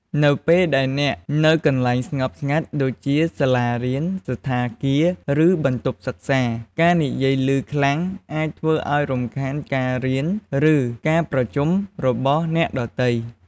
នៅពេលដែលអ្នកនៅកន្លែងស្ងប់ស្ងាត់ដូចជាសាលា សណ្ឋាគារ ឬ បន្ទប់សិក្សា ការនិយាយឮខ្លាំងអាចធ្វើឲ្យរំខានការរៀន ឬ ការប្រជុំរបស់អ្នកដទៃ។